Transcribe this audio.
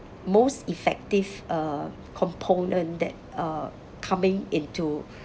most effective uh component that uh coming into